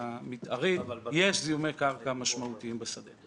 המתארית יש זיהומי קרקע משמעותיים בשדה.